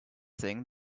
thing